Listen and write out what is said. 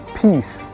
peace